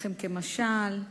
לחם כמשל.